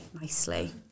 nicely